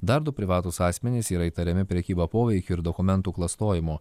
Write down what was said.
dar du privatūs asmenys yra įtariami prekyba poveikiu ir dokumentų klastojimu